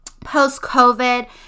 post-covid